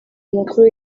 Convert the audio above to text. amakuru